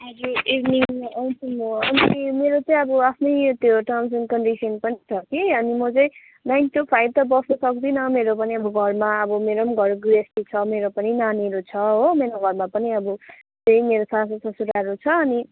हजुर इभिनिङ आउँछु म अनि चाहिँ मेरो चाहिँ अब आफ्नै त्यो टम्स एन्ड कन्डिसन पनि छ कि अनि म चाहिँ नाइन टु फाइभ त बस्नु सक्दिनँ मेरो पनि अब घरमा अब मेरो पनि घर गृहस्थी छ मेरो पनि नानीहरू छ हो मेरो घरमा पनि अब त्यही मेरो सासू ससुराहरू छ अनि